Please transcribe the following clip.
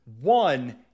one